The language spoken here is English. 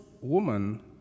woman